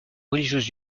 religieuse